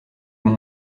mon